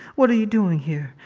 what are you doing here?